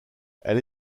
elle